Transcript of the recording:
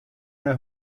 nei